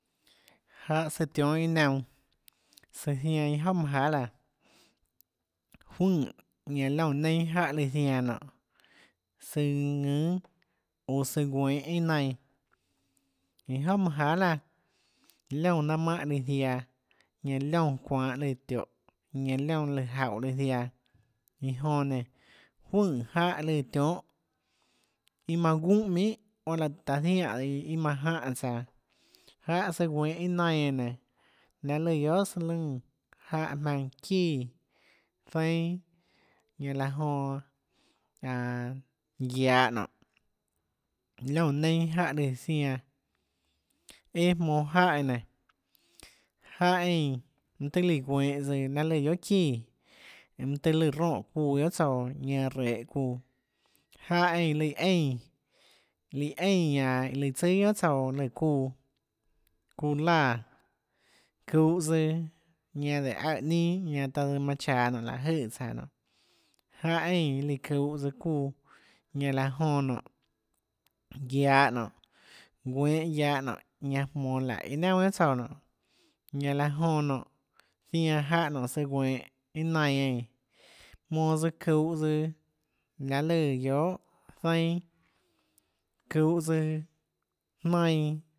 Ctl- 10- a081 1 jáhã søã tionhâ iâ naunã søã zianã iâ jouà manã jahà laã juønè ñanã liónã nienâ jáhã lùã zianã nonê søã ðùnâ oå søã guehå iâ nainã iâ jouà manã jahà laã liónã nanâ mánhã liã ziaã ñanã liónã çuanhå líã tióhå ñanã liónã lùã jaúhå líã lùã ziaã iã jonã nénå juønè jáhã lùã tionhâ iâ manã gúnhã minhà guaâ laã tùhå taã zianè tsøã iâ manã jánhã tsaå jáhã søã guenhå iâ nainã eínã nénå laê lùã guiohà søã lùnã jáhã jmaønã çíã zainâ ñanã laã jonã aaå guiahå nonê liónã neinâ jáhã lù zianã eã jmonå jáhã eínã nénå jáhã eínã mønâ tøhê lùã guenhå tsøã lahê lùã guiohà çíã mønâ tøhê lùã ronè çuuã guiohà tsouã ñanã rehå çuuã jáhã eínã lùã eínã liã eínã ñanã lùã tsùà guiohà tsouã lùã çuuã çuuã láã çuhå tsøã ñanã léhå aøè ninâ ñanã taã tsøã manã chaå nonê láhå jøè tsaå nonê jáhã eínã lùã çuhå tsøã çuuã ñanã laã jonã nonê guiahå nonê guenhå guiahã nonê ñanã jmonå laùhå iâ naunà guiohà tsouã nonê ñanã laã jonã nonê zianã jáhã nonê søã guenhå iâ nainã eínã jmonå tsøã çuhå tsøã lahê lùã guiohà zainâ çuhå tsøã jnainã